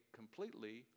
completely